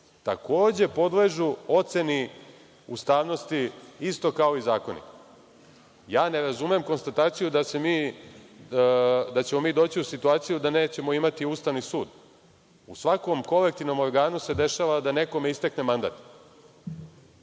takođe podležu oceni ustavnosti isto kao i zakoni. Ne razumem konstataciju da ćemo mi doći u situaciju da nećemo imati Ustavni sud. U svakom kolektivnom organu se dešava da nekome istekne mandat.